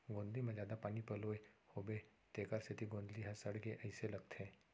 गोंदली म जादा पानी पलोए होबो तेकर सेती गोंदली ह सड़गे अइसे लगथे